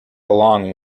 long